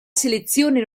selezione